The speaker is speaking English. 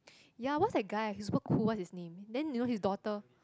ya what's the guy he's super cool what's his name then you know his daughter